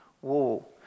Whoa